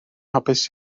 hapus